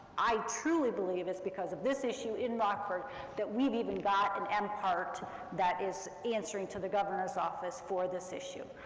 i truly believe it's because of this issue in rockford that we've even got an an mpart that is answering to the governor's office for this issue.